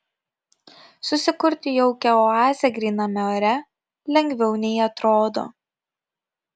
susikurti jaukią oazę gryname ore lengviau nei atrodo